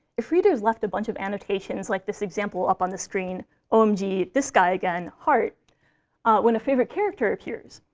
if readers left a bunch of annotations like this example up on the screen um omg, this guy again. heart when a favorite character appears,